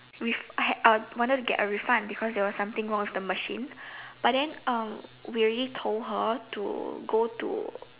with I had uh wanted to get a refund because there was something wrong with the machine but then um we already told her to go to